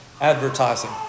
advertising